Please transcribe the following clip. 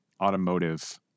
automotive